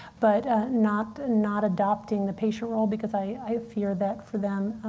but ah not not adopting the patient role. because i fear that for them,